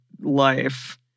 life